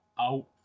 out